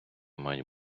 мають